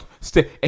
stay